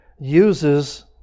uses